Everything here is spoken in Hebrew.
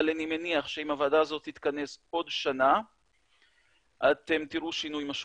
אבל אני מניח שאם הוועדה הזו תתכנס בעוד שנה אתם תראו שינוי משמעותי.